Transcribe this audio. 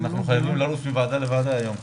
אנחנו חייבים לרוץ מוועדה לוועדה היום.